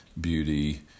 beauty